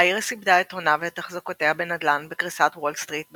איירס איבדה את הונה ואת אחזקותיה בנדל"ן בקריסת וול סטריט ב-1929.